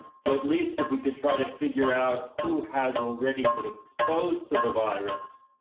so at least if we could try to figure out who has already been exposed to the virus,